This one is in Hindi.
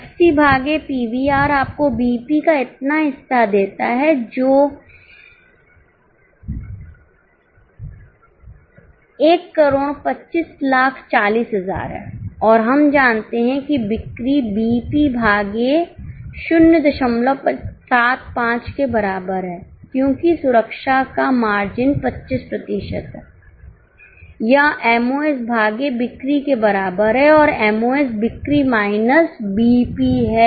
एफसी भागे पीवीआर आपको बीईपी का इतना हिस्सा देता है जो 1 25 40000 है और हम जानते हैं कि बिक्री बीईपी भागे 075 के बराबर है क्योंकि सुरक्षा का मार्जिन 25 प्रतिशत है यह एमओएस भागे बिक्री के बराबर है और एमओएस बिक्री माइनस बीईपी है